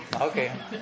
Okay